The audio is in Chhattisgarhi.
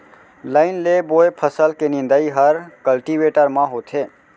लाइन ले बोए फसल के निंदई हर कल्टीवेटर म होथे